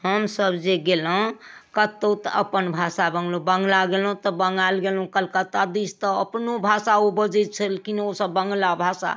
हमसब जे गेलहुँ कतहुँ तऽ अपन भाषा बङ्गलहुँ बङ्गला गेलहुँ तऽ बङ्गाल गेलहुँ कलकत्ता दिस तऽ अपनो भाषा ओ बजैत छलखिन ओसब बङ्गला भाषा